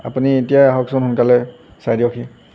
আপুনি এতিয়াই আহকচোন সোনকালে চাই দিয়কহি